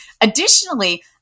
Additionally